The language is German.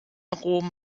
rom